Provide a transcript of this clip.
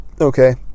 Okay